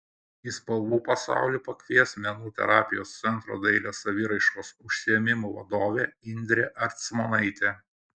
į spalvų pasaulį pakvies menų terapijos centro dailės saviraiškos užsiėmimų vadovė indrė ercmonaitė